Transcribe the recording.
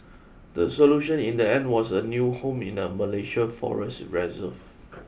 the solution in the end was a new home in a Malaysia forest reserve